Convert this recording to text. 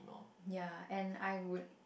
ya and I would